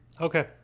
Okay